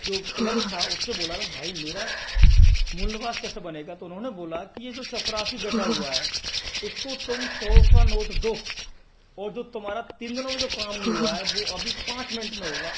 जो क्लर्क था उससे बोला भाई मेरा मूल निवास कैसे बनेगा तो उन्होंने बोला कि ये जो चपरासी बैठा हुआ है उसको तुम सौ का नोट दो और जो तुम्हारा तीन दिनों में जो काम नही हुआ है वो अभी पाँच मिनट में होगा